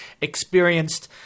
experienced